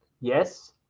Yes